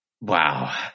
wow